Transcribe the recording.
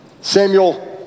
Samuel